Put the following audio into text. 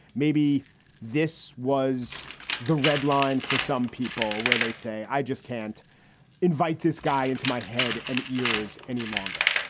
maybe this was the red line for some people where they say, i just can't invite this guy into my head and ears any longer.